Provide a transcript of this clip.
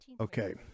Okay